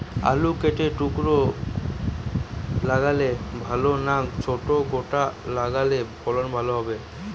আলু কেটে টুকরো লাগালে ভাল না ছোট গোটা লাগালে ফলন ভালো হবে?